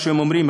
מה שהם אומרים,